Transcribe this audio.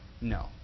No